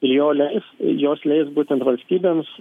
ir jo leis jos leis būtent valstybėms